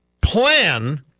plan